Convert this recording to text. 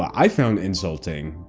i found insulting,